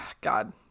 God